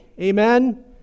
Amen